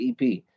EP